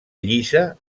llisa